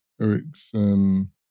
Ericsson